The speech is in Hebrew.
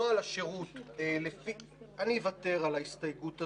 אני אוותר על ההסתייגות הזאת.